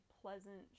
pleasant